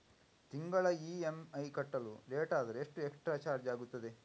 ತಿಂಗಳ ಇ.ಎಂ.ಐ ಕಟ್ಟಲು ಲೇಟಾದರೆ ಎಷ್ಟು ಎಕ್ಸ್ಟ್ರಾ ಚಾರ್ಜ್ ಆಗುತ್ತದೆ?